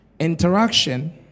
Interaction